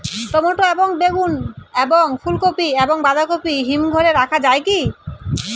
Tomato এবং বেগুন এবং ফুলকপি এবং বাঁধাকপি হিমঘরে রাখা যায় কি?